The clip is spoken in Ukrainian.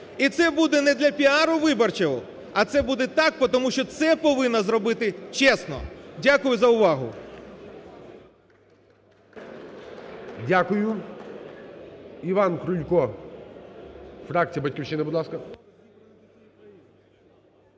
і це буде не для піару виборчого, а це буде так, тому що це повинно зробити чесно. Дякую за увагу. ГОЛОВУЮЧИЙ. Дякую. Іван Крулько, фракція "Батьківщина", будь ласка.